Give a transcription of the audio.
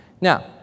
Now